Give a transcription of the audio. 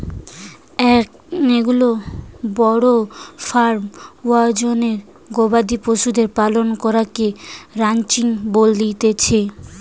একটো বড় ফার্ম আয়োজনে গবাদি পশুদের পালন করাকে রানচিং বলতিছে